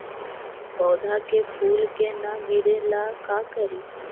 पौधा के फुल के न गिरे ला का करि?